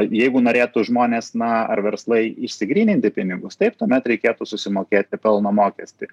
jeigu norėtų žmonės na ar verslai išsigryninti pinigus taip tuomet reikėtų susimokėti pelno mokestį